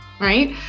right